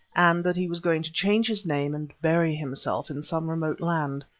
and that he was going to change his name and bury himself in some remote land.